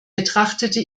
betrachtete